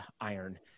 iron